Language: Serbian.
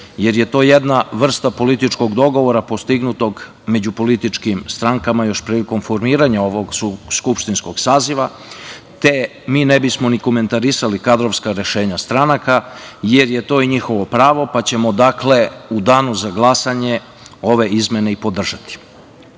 jer je to jedna vrsta političkog dogovora postignutog među političkim strankama još prilikom formiranja ovog skupštinskog saziva, te mi ne bismo ni komentarisali kadrovska rešenja stranaka, jer je to i njihovo pravo, pa ćemo u danu za glasanje ove izmene podržati. Kako